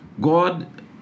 God